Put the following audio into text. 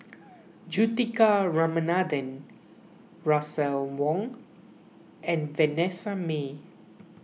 Juthika Ramanathan Russel Wong and Vanessa Mae